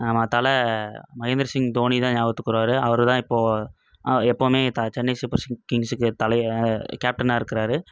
ஆமாம் தல மகேந்திர சிங் தோனிதான் ஞாபகத்துக்கு வருவார் அவர்தான் இப்போ எப்போவுமே சென்னை சூப்பர் கிங்ஸுக்கு தலயை கேப்டன்னாக இருக்குறார்